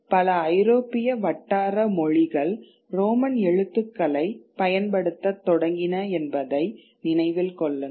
பல ஐரோப்பிய வட்டாரமொழி மொழிகள் ரோமன் எழுத்துக்களைப் பயன்படுத்தத் தொடங்கின என்பதை நினைவில் கொள்ளுங்கள்